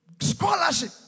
scholarship